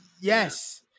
Yes